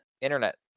internet